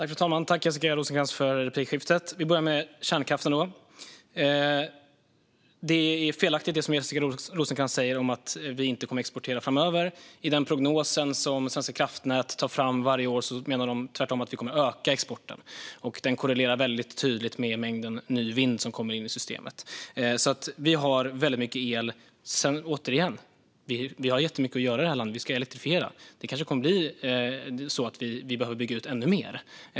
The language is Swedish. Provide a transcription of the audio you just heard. Fru talman! Tack, Jessica Rosencrantz, för repliken! Låt mig börja med kärnkraften. Det Jessica Rosencrantz säger om att vi inte kommer att exportera framöver är felaktigt. I den prognos som Svenska kraftnät tar fram varje år menar man tvärtom att Sverige kommer att öka exporten. Detta korrelerar väldigt tydligt med den mängd ny vindkraft som kommer in i systemet. Vi har alltså väldigt mycket el. Återigen har vi jättemycket att göra här i landet; vi ska ju elektrifiera. Vi kanske behöver bygga ut ännu mer.